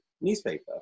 newspaper